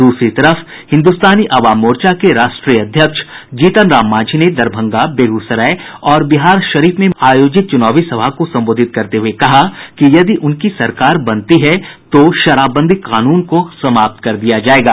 दूसरी तरफ हिन्दुस्तानी अवाम मोर्चा के राष्ट्रीय अध्यक्ष जीतन राम मांझी ने दरभंगा बेगूसराय और बिहारशरीफ में महागठबंधन के उम्मीदवारों के समर्थन में आयोजित चुनावी सभा को संबोधित करते हुये कहा कि यदि उनकी सरकार बनती है तो शराबबंदी कानून को समाप्त कर दिया जायेगा